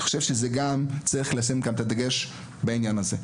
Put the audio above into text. וזה דבר שצריך גם לשים עליו דגש בנושא הזה.